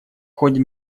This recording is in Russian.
ходе